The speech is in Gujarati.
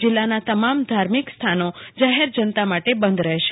જિલ્લામાં તમામ ધાર્મિક સ્થાનો જાહેર જનતા માટે બંધ રહેશે